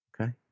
Okay